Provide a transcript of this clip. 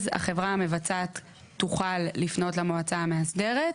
אז החברה המבצעת תוכל לפנות למועצה המאסדרת,